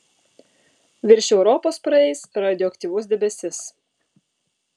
virš europos praeis radioaktyvus debesis